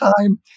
time